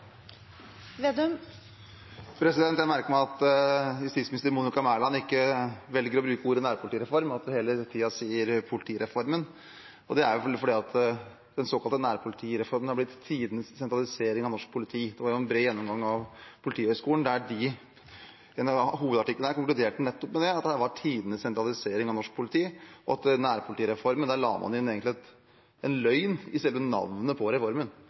Jeg merker meg at justisminister Monica Mæland velger å ikke bruke ordet «nærpolitireform», at hun hele tiden sier «politireformen». Det er vel fordi den såkalte nærpolitireformen har blitt tidenes sentralisering av norsk politi. Gjennom en bred gjennomgang ved Politihøgskolen konkluderte hovedartikkelen nettopp med at dette var tidenes sentralisering av norsk politi, og at man egentlig la inn en løgn i selve navnet på reformen.